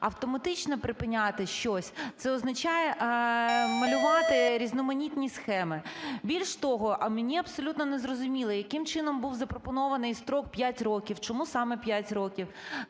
Автоматично припиняти щось – це означає малювати різноманітні схеми. Більш того, мені абсолютно не зрозуміло, яким чином був запропонований строк 5 років, чому саме 5 років.